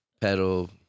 pedal